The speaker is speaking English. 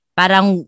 parang